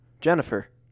Jennifer